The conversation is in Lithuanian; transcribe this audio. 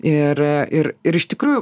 ir ir ir iš tikrųjų